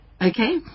Okay